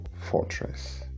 fortress